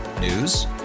News